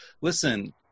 listen